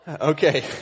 Okay